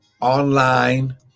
online